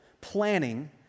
planning